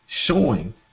showing